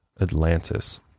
Atlantis